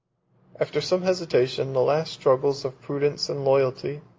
after some hesitation, the last struggles of prudence and loyalty,